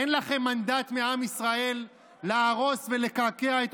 אין לכם מנדט מעם ישראל להרוס ולקעקע את